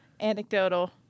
Anecdotal